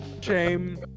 Shame